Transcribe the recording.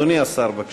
אדוני השר, בבקשה.